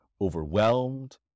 overwhelmed